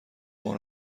مان